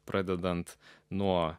pradedant nuo